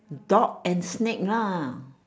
dog and snake lah